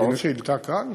רגע, עוד שאילתה כאן?